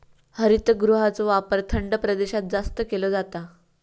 हरितगृहाचो वापर थंड प्रदेशात जास्त केलो जाता